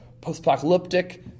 post-apocalyptic